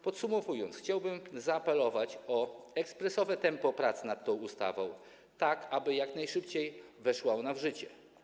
Podsumowując, chciałbym zaapelować o ekspresowe tempo prac nad tą ustawą, tak aby jak najszybciej weszła ona w życie.